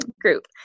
group